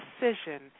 decision